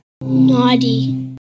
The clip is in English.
Naughty